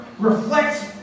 reflects